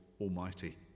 Almighty